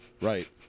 Right